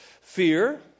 Fear